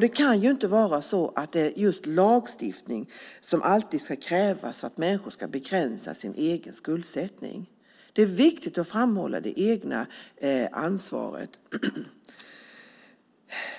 Det kan inte vara så att lagstiftning alltid ska krävas för att människor ska begränsa sin egen skuldsättning. Det är viktigt att framhålla det egna ansvaret.